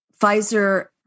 Pfizer